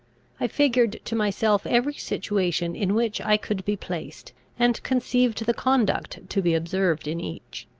i figured to myself every situation in which i could be placed, and conceived the conduct to be observed in each.